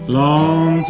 long